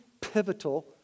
pivotal